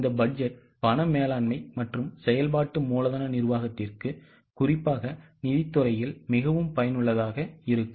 இந்த பட்ஜெட் பண மேலாண்மை மற்றும் செயல்பாட்டு மூலதன நிர்வாகத்திற்கு குறிப்பாக நிதி துறையில் மிகவும் பயனுள்ளதாக இருக்கும்